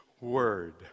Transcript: word